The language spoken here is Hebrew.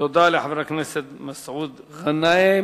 תודה לחבר הכנסת מסעוד גנאים.